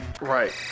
Right